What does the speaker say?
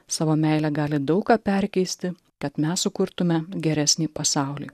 savo meile gali daug ką perkeisti kad mes sukurtume geresnį pasaulį